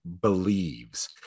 believes